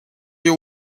you